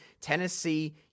Tennessee